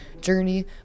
journey